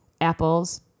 apples